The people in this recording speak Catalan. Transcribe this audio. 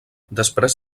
després